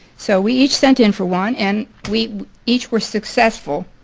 so we each sent in for one and we each were successful.